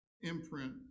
imprint